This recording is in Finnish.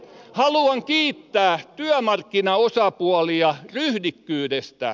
haluan kiittää työmarkkinaosapuolia ryhdikkyydestä